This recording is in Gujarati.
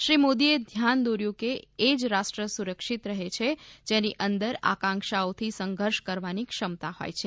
શ્રી મોદીએ ધ્યાન દોર્યું કે એ જ રાષ્ટ્ર સુરક્ષિત રહે છે જેની અંદર આંકક્ષાઓથી સંઘર્ષ કરવાની ક્ષમતા હોય છે